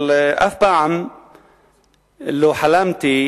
אבל אף פעם לא חלמתי